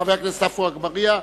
חבר הכנסת עפו אגבאריה,